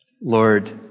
Lord